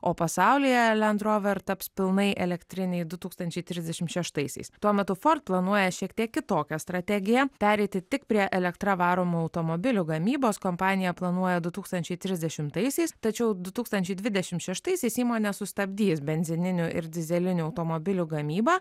o pasaulyje lend rover taps pilnai elektriniai du tūkstančiai trisdešimt šeštaisiais tuo metu ford planuoja šiek tiek kitokią strategiją pereiti tik prie elektra varomų automobilių gamybos kompanija planuoja du tūkstančiai trisdešimtaisiais tačiau du tūkstančiai dvidešimt šeštaisiais įmonė sustabdys benzininių ir dyzelinių automobilių gamybą